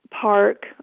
Park